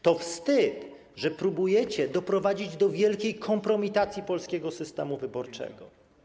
To wstyd, że próbujecie doprowadzić do wielkiej kompromitacji polskiego systemu wyborczego.